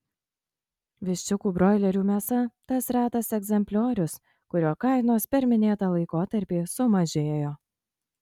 viščiukų broilerių mėsa tas retas egzempliorius kurio kainos per minėtą laikotarpį sumažėjo